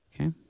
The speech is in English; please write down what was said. Okay